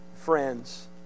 friends